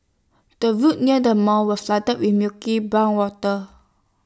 the road near the mall was flooded with murky brown water